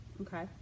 okay